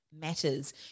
matters